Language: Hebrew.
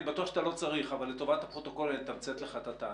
אני בטוח שאתה לא צריך אבל לטובת הפרוטוקול אני אתמצת לך את הטענה.